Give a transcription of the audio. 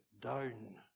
down